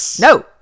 No